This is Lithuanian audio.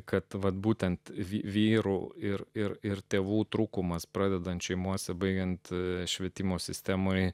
kad vat būtent vyrų ir ir ir tėvų trūkumas pradedant šeimose baigiant švietimo sistemoje